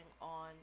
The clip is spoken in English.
on